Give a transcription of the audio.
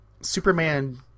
Superman